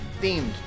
themed